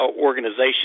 organization